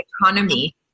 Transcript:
economy